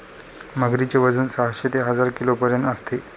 मगरीचे वजन साहशे ते हजार किलोपर्यंत असते